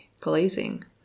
glazing